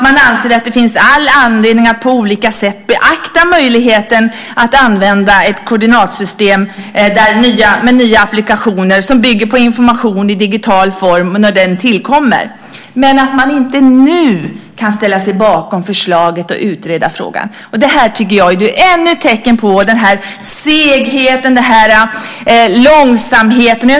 Man anser att det finns all anledning att på olika sätt beakta möjligheten att använda ett koordinatsystem när nya applikationer som bygger på information i digital form tillkommer men säger att man inte nu kan ställa sig bakom förslaget och utreda frågan. Detta tycker jag är ännu ett tecken på den här segheten och långsamheten.